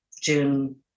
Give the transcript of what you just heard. June